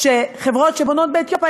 שחברות שבונות באתיופיה,